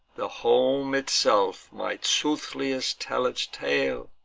the home itself might soothliest tell its tale